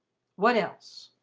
what else?